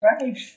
Right